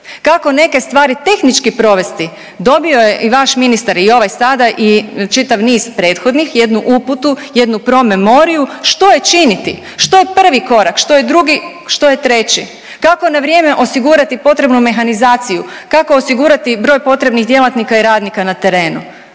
kako neke stvari tehnički provesti, dobio je i vaš ministar i ovaj sada i čitav niz prethodnih, jednu uputu, jednu promemoriju što je činiti, što je prvi korak, što je drugi, što je treći, kako na vrijeme osigurati potrebnu mehanizaciju, kako osigurati broj potrebnih djelatnika i radnika na terenu?